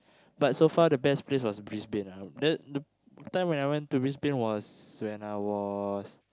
but so far the best place was Brisbane ah that the time I went to Brisbane was when I was